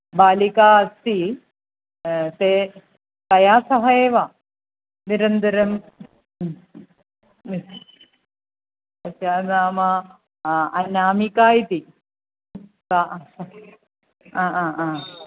बालिका अस्ति ते तया सह एव निरन्तरं तस्य नाम अनामिका इति सा अ अ अ